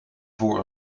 voor